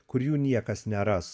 kur jų niekas neras